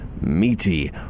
meaty